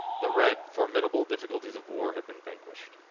the red, formidable difficulties of war had been vanquished.